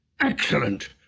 Excellent